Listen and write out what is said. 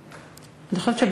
אני חושבת,